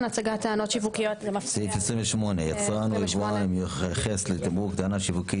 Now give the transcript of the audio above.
28. יצרן או יבואן המייחס לתמרוק טענה שיווקית